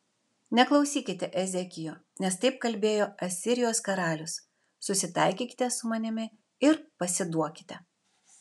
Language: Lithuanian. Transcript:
neklausykite ezekijo nes taip kalbėjo asirijos karalius susitaikykite su manimi ir pasiduokite